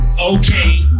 okay